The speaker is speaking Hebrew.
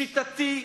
שיטתי,